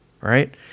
right